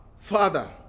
Father